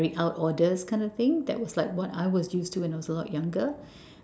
carry out orders kind of thing that was what I was used to when I was younger